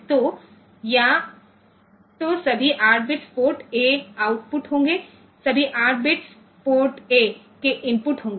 तो या तो सभी 8 बिट्स पोर्ट ए आउटपुट होंगे और सभी 8 बिट्स पोर्ट ए के इनपुट होंगे